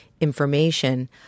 information